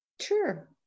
Sure